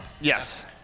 Yes